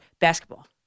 basketball